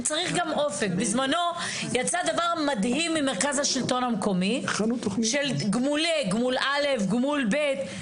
בזמנו יצא דבר מדהים ממרכז השלטון המקומי - גמול א' וגמול ב'.